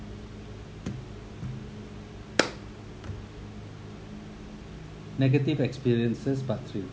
negative experiences part three